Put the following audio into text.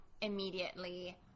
immediately